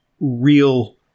real